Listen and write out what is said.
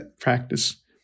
practice